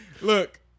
Look